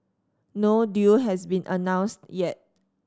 no deal has been announced yet